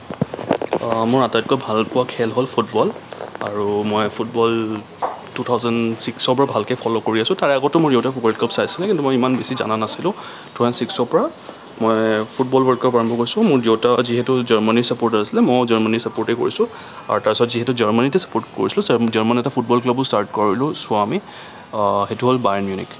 মোৰ আটাইতকৈ ভালপোৱা খেল হ'ল ফুটবল আৰু মই ফুটবল টু থাউজেণ্ড ছিক্সৰ পৰা ভালকে ফ'ল' কৰি আছোঁ তাৰ আগতেও মই ৱৰ্ল্ডকাপ চাইছিলোঁ কিন্তু ইমান বেছি জানা নাছিলোঁ টু থাউজেণ্ড ছিক্সৰ পৰা মই ফুটবল ৱৰ্ল্ডকাপ আৰম্ভ কৰিছোঁ মোৰ দেউতা যিহেতু জাৰ্মানীৰ ছাপৰ্টাৰ আছিলে ময়ো জাৰ্মানী ছাপৰ্টে কৰিছোঁ আৰু তাৰপিছত যিহেতু জাৰ্মানীকে ছাপৰ্ট কৰিছিলোঁ জাৰ্মানীৰ এটা ফুটবল ক্লাবো স্টাৰ্ট কৰিলোঁ চোৱা আমি সেইটো হ'ল বাইনেৰিক